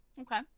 Okay